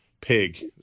pig